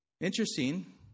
Interesting